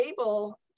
able